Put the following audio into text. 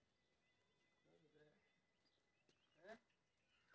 किसान लोन लेवा के लेल कते संपर्क करें?